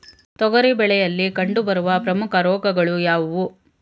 ತೊಗರಿ ಬೆಳೆಯಲ್ಲಿ ಕಂಡುಬರುವ ಪ್ರಮುಖ ರೋಗಗಳು ಯಾವುವು?